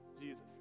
Jesus